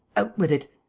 out with it!